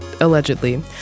allegedly